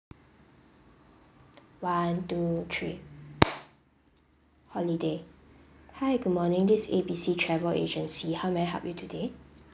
one two three holiday hi good morning this is A B C travel agency how may I help you today